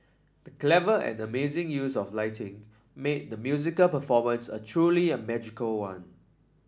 the clever and amazing use of lighting made the musical performance a truly a magical one